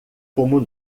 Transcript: como